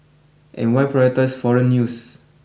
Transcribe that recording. and why prioritise foreign news